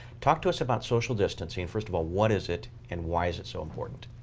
talk to us about social distancing. first of all, what is it and why is it so important?